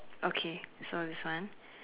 okay so this one